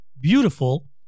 beautiful